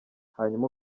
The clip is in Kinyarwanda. hanyuma